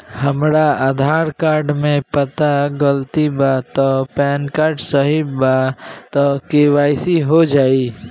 हमरा आधार कार्ड मे पता गलती बा त पैन कार्ड सही बा त के.वाइ.सी हो जायी?